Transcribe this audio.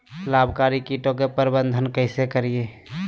लाभकारी कीटों के प्रबंधन कैसे करीये?